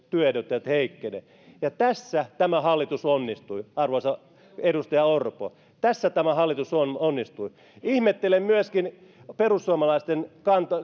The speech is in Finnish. työehdot eivät heikkene tässä tämä hallitus onnistui arvoisa edustaja orpo tässä tämä hallitus onnistui ihmettelen myöskin perussuomalaisten